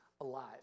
alive